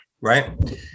right